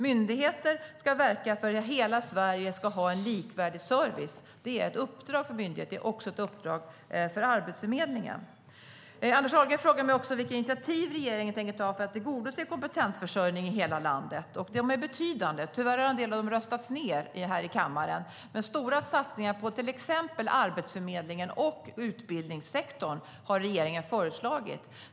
Myndigheter ska verka för att hela Sverige ska ha likvärdig service. Det är ett uppdrag för myndigheterna, och det är också ett uppdrag för Arbetsförmedlingen. Anders Ahlgren frågar mig vilka initiativ regeringen tänker ta för att tillgodose kompetensförsörjningen i hela landet. De är betydande. Men tyvärr har en del av dem röstats ned här i kammaren. Stora satsningar på till exempel Arbetsförmedlingen och utbildningssektorn har regeringen föreslagit.